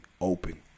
open